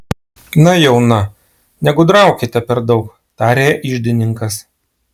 na jau na negudraukite per daug tarė iždininkas